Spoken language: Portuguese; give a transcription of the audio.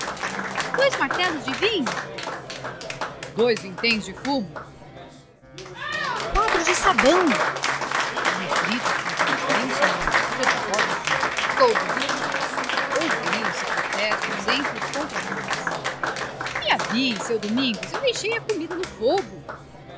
dois martelos de vinho dois vinténs de fumo quatro de sabão e os gritos confundiam-se numa mistura de vozes de todos os tons ouviam-se protestos entre os compradores me avie seu domingos eu deixei a comida no fogo